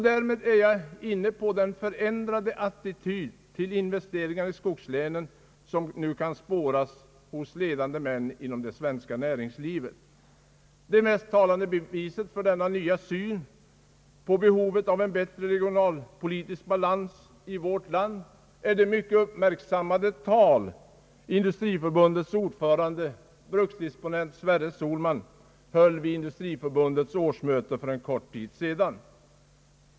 Därmed är jag inne på den förändrade attityd till investeringar i skogslänen som nu kan spåras hos ledande män inom det svenska näringslivet. Det mest talande beviset för denna nya syn på behovet av en bättre regionalpolitisk balans i vårt land är det mycket uppmärksammade krav som Industriförbundets ordförande, bruksdisponent Sverre Sohlman, höll vid Industriförbundets årsmöte för en kort tid sedan.